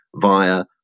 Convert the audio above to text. via